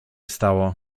stało